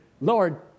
Lord